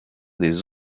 des